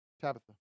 tabitha